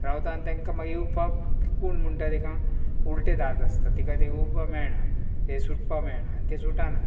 रावता आनी तेंका मागीर येवपाक पूण म्हणटा तिका उलटे दात आसता तिका तें उपा मेळना तें सुटपा मेळना आनी तें सुटाना